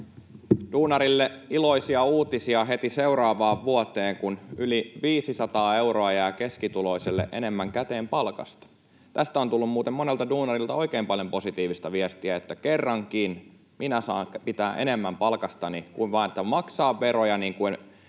Duunarille iloisia uutisia heti seuraavaan vuoteen, kun yli 500 euroa jää keskituloiselle enemmän käteen palkasta. Tästä on tullut muuten monelta duunarilta oikein paljon positiivista viestiä, että ”kerrankin minä saan pitää enemmän palkastani enkä vaan maksaa veroja” [Pia